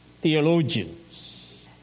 theologians